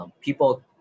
People